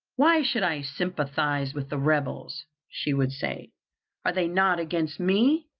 why should i sympathize with the rebels, she would say are they not against me?